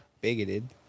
bigoted